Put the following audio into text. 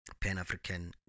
Pan-African